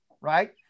Right